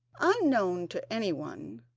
unknown to anyone,